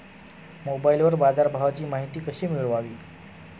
मोबाइलवर बाजारभावाची माहिती कशी मिळवावी?